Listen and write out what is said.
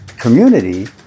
community